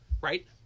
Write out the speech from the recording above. right